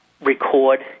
record